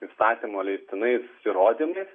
įstatymo leistinais įrodymais